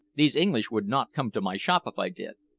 these english would not come to my shop if i did.